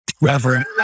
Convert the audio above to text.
Reverend